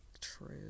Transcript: True